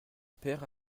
père